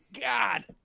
God